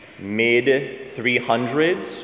mid-300s